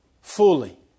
fully